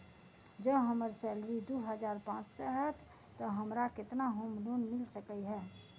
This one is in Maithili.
जँ हम्मर सैलरी दु हजार पांच सै हएत तऽ हमरा केतना होम लोन मिल सकै है?